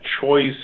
choice